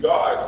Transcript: God